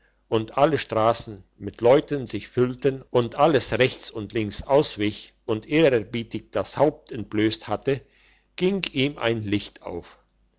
und alle strassen mit leuten sich füllten und alles rechts und links auswich und ehrerbietig das haupt entblösst hatte ging ihm ein licht auf